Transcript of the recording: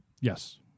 Yes